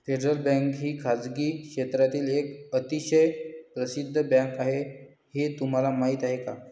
Federal Bank ही खासगी क्षेत्रातील एक अतिशय प्रसिद्ध बँक आहे हे तुम्हाला माहीत आहे का?